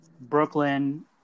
Brooklyn